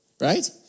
Right